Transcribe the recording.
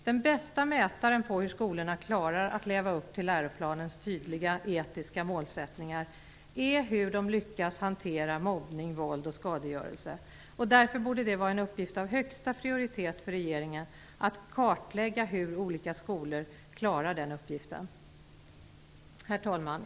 Den bästa mätaren på hur skolorna klarar av att leva upp till läroplanens tydliga etiska mål är hur de lyckas hantera mobbning, våld och skadegörelse. Därför borde det vara en uppgift av högsta prioritet för regeringen att kartlägga hur olika skolor klarar den uppgiften. Herr talman!